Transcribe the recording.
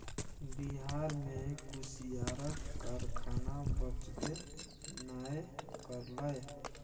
बिहार मे कुसियारक कारखाना बचबे नै करलै